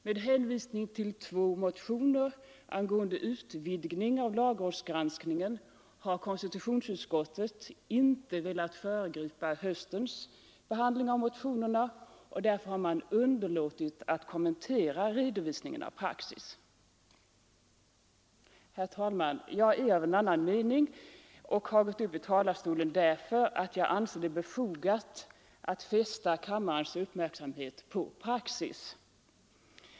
Med hänvisning till två motioner angående utvidgning av lagrådsgranskningen har konstitutionsutskottet inte velat föregripa höstens behandling av motionerna och därför underlåtit att kommentera redovisningen av praxis. Herr talman! Jag har i detta fall en annan mening, och jag har gått upp i talarstolen därför att jag anser det befogat att fästa kammarens uppmärksamhet på denna praxis.